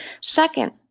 Second